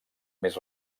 més